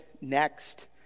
next